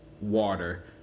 water